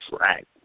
Right